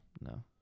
No